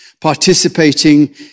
participating